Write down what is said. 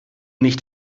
nicht